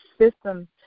system